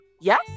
yes